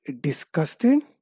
disgusted